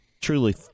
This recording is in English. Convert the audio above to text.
truly